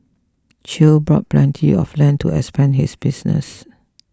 Chew bought plenty of land to expand his business